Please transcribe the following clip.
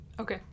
Okay